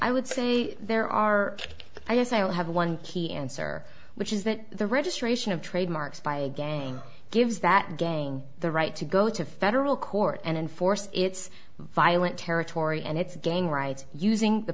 i would say there are i guess i'll have one key answer which is that the registration of trademarks by a gang gives that gang the right to go to federal court and enforce its violent territory and its gang rights using the